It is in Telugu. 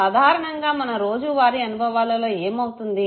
సాధారణంగా మన రోజూ వారి అనుభవాలలో ఏమవుతుంది